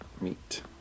meet